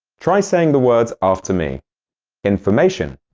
try saying the words after me information,